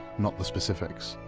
not the specifics.